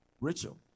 Rachel